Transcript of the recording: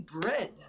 bread